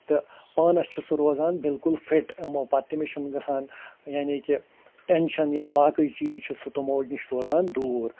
تہٕ پانَس چھُ سُہ روزان بِلکُل فِٹ یِمَو پتہٕ تٔمِس چھُنہٕ گژھان یعنی کہِ ٹینشَن یا باقٕے چیٖز چھِ سُہ تِمو نِش روزان دوٗر